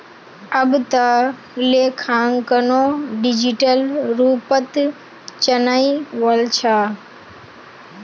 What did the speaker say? अब त लेखांकनो डिजिटल रूपत चनइ वल छ